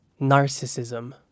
Narcissism